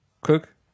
Cook